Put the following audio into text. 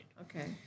Okay